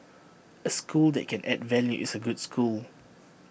A school that can add value is A good school